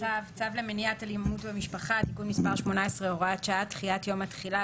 צו למניעת אלימות במשפחה (תיקון מס' 18-הוראת שעה) (דחיית יום התחילה),